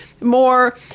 more